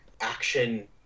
action